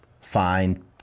find